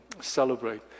celebrate